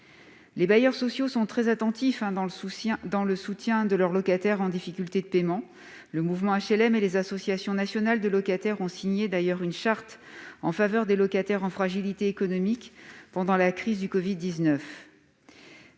Les bailleurs sociaux veillent à soutenir leurs locataires en difficulté de paiement. Le mouvement HLM et les associations nationales de locataires ont signé une charte en faveur des locataires en situation de fragilité économique pendant la crise du covid-19.